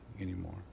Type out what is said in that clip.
anymore